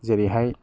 जेरैहाय